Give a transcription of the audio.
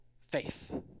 Faith